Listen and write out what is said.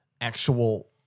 Actual